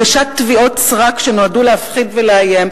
הגשת תביעות סרק שנועדו להפחיד ולאיים,